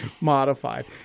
modified